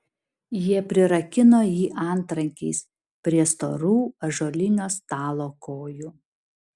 jie prirakino jį antrankiais prie storų ąžuolinio stalo kojų